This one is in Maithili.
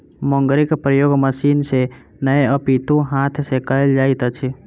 मुंगरीक प्रयोग मशीन सॅ नै अपितु हाथ सॅ कयल जाइत अछि